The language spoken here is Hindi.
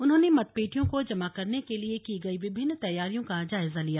उन्होंने मतपेटियों को जमा करने के लिए की गई विभिन्न तैयारियों का जायजा लिया